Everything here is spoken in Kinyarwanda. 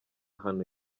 hano